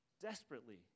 desperately